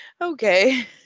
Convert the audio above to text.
okay